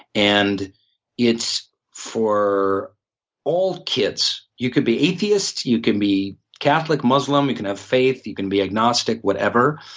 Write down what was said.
and it's for all kids. you can be atheist, you can be catholic, muslim, you can have faith, you can be agnostic, whatever.